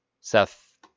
Seth